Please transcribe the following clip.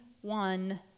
one